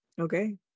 Okay